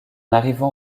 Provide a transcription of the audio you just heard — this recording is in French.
arrivant